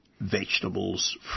vegetables